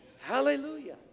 Hallelujah